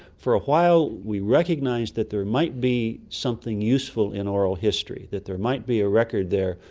for a while we recognised that there might be something useful in oral history, that there might be a record there,